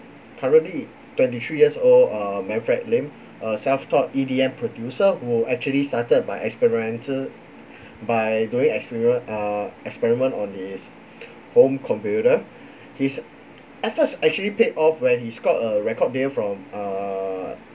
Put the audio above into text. currently twenty-three years old uh manfred lim a self-taught E_D_M producer who actually started by experiential by going experience ah experiment on his home computer his efforts actually paid off when he scored a record deal from err